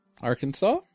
Arkansas